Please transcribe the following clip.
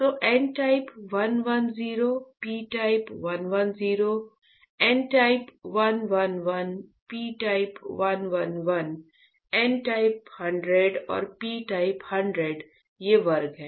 तो N type 1 1 0 P type 1 1 0 N type 1 1 1 P type 1 1 1 N type 1 0 0 और P type 1 0 0 ये वर्ग हैं